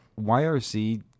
YRC